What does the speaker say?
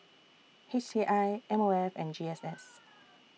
H C I M O F and G S S